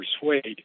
persuade